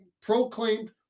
proclaimed